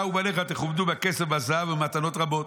ובניך תכובדו בכסף ובזהב ובמתנות רבות".